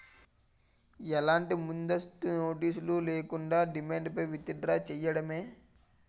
ఎలాంటి ముందస్తు నోటీస్ లేకుండా, డిమాండ్ పై విత్ డ్రా చేయడమే